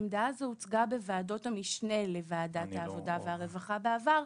העמדה הזו הוצגה בוועדות המשנה לוועדת העבודה והרווחה בעבר,